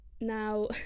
now